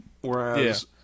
whereas